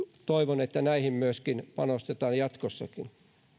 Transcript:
toivon että näihin panostetaan jatkossakin